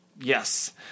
Yes